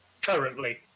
currently